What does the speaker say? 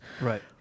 right